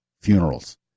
funerals